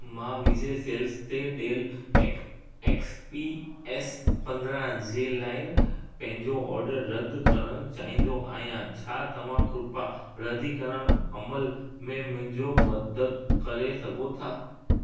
मां विजय सेल्स ते डेल एक एक्स पीएस पंद्रहं जे लाइ पंहिंजो ऑर्डर रद्द करणु चाहिंदो आहियां छा तव्हां कृपा रद्दीकरण अमल में मुंहिंजो मददु करे सघो था